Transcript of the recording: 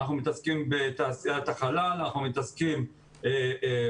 אנחנו מתעסקים בתעשיית החלל,